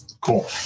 Cool